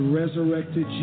resurrected